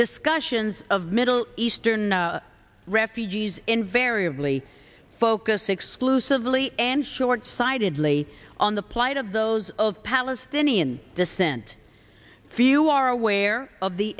discussions of middle eastern refugees invariably focused exclusively and short sightedly on the plight of those of palestinian descent few are aware of the